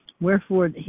Wherefore